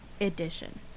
edition